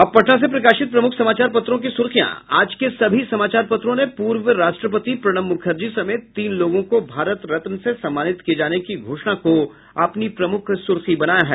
अब पटना से प्रकाशित प्रमुख समाचार पत्रों की सुर्खियां आज के सभी समाचार पत्रों ने पूर्व राष्ट्रपति प्रणब मुखर्जी समेत तीन लोगों को भारत रत्न से सम्मानित किये जाने की घोषणा को अपनी प्रमुख सुर्खी बनाया है